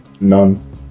None